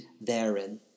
therein